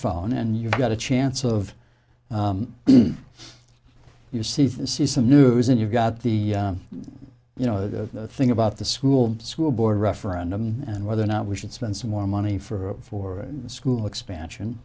phone and you've got a chance of your seat and see some news and you've got the you know the thing about the school school board referendum and whether or not we should spend some more money for the school expansion